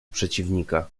przeciwnika